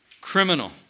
criminal